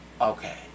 Okay